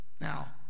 Now